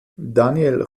daniel